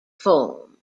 form